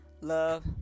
Love